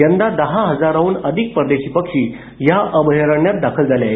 यंदा दहा हजाराहून अधिक परदेशी पक्षी या अभयारण्यात दाखल झाले आहेत